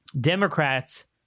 Democrats